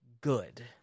good